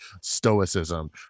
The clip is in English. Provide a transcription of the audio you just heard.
stoicism